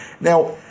Now